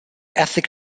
ethics